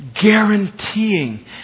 guaranteeing